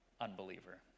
unbeliever